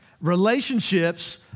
Relationships